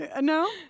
no